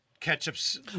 Ketchup's